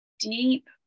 deep